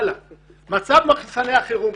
מצב מחסני החירום.